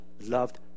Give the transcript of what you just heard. loved